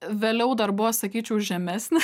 vėliau dar buvo sakyčiau žemesni